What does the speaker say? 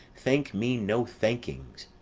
thank me no thankings,